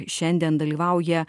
šiandien dalyvauja